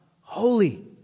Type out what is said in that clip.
Holy